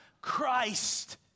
Christ